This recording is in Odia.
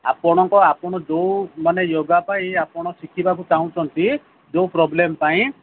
ଆପଣଙ୍କ ଆପଣ ଯୋଉ ମାନେ ୟୋଗା ପାଇଁ ଆପଣ ଶିଖିବାକୁ ଚାହୁଁଛନ୍ତି ଯୋଉ ପ୍ରୋବ୍ଲେମ୍ ପାଇଁ